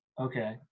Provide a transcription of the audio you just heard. Okay